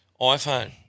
iPhone